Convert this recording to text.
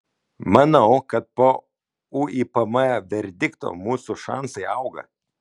manau kad po uipm verdikto mūsų šansai auga